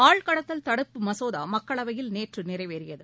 ஆட்கடத்தல் தடுப்பு மசோதா மக்களவையில் நேற்று நிறைவேறியது